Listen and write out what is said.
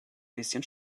bisschen